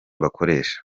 bakoresha